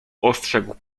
ostrzegł